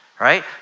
right